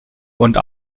und